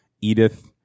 Edith